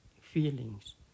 feelings